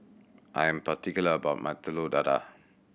I am particular about my Telur Dadah